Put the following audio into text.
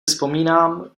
vzpomínám